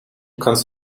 kannst